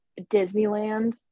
Disneyland